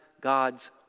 God's